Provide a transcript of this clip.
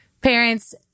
parents